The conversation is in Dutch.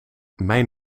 mijn